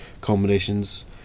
combinations